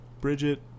Bridget